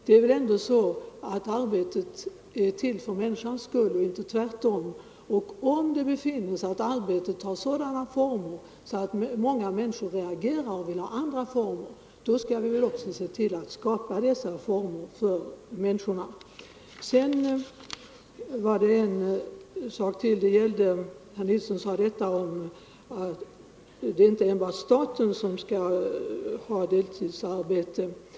Det är ändå så, att arbetet skall vara till för människans skull och inte tvärtom. Om det befinnes att arbetet antar sådana former att många människor reagerar mot dem och vill ha andra former, bör vi se till att vi kan skapa dessa andra former. Sedan var det en sak till. Herr Nilsson i Kalmar sade att det inte Nr 130 bara är staten som skall medverka till deltidsarbeten. Det är riktigt.